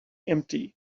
empty